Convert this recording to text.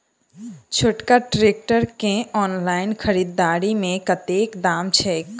छोटका ट्रैक्टर केँ ऑनलाइन खरीददारी मे कतेक दाम छैक?